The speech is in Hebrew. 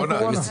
על הקורונה.